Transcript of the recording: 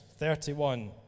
31